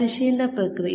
പരിശീലന പ്രക്രിയ